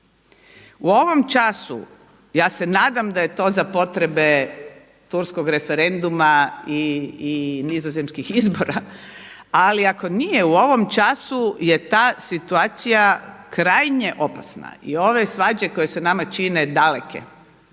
U ovom času ja se nadam da je to za potrebe turskog referenduma i nizozemskih izbora. Ali ako nije u ovom času je ta situacija krajnje opasna. I ove svađe koje se nama čine daleke